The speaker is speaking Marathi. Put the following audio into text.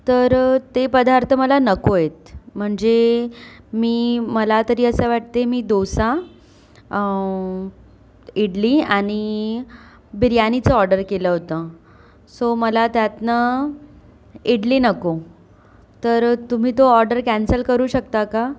तर ते पदार्थ मला नको आहेत म्हणजे मी मला तरी असा वाटते मी डोसा इडली आणि बिर्याणीचं ऑर्डर केलं होतं सो मला त्यातनं इडली नको तर तुम्ही तो ऑर्डर कॅन्सल करू शकता का